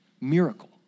miracle